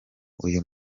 uyu